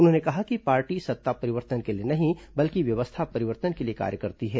उन्होंने कहा कि पार्टी सत्ता परिवर्तन के लिए नहीं बल्कि व्यवस्था परिवर्तन के लिए कार्य करती है